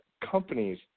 companies